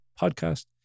Podcast